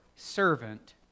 servant